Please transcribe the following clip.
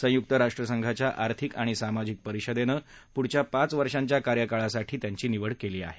संयुक्त राष्ट्रसंघाच्या आर्थिक आणि सामाजिक परिषदेनं पुढच्या पाच वर्षांच्या कार्यकाळासाठी त्यांची निवड केली आहे